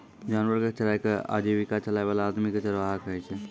जानवरो कॅ चराय कॅ आजीविका चलाय वाला आदमी कॅ चरवाहा कहै छै